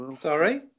Sorry